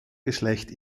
geschlecht